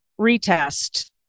retest